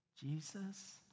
Jesus